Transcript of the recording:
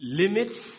limits